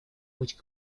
путь